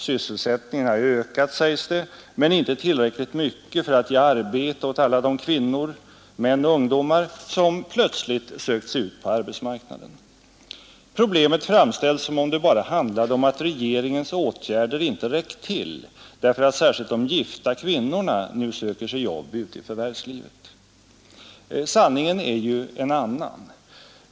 Sysselsättningen har ökat, sägs det, men inte tillräckligt mycket för att ge arbete åt alla de kvinnor, män och ungdomar som plötsligt sökt sig ut på arbetsmarknaden. Problemet framställs som om det bara handlade om att regeringens åtgärder inte räckt till, därför att särskilt de gifta kvinnorna nu söker sig jobb ute i förvärvslivet. Sanningen är ju en annan.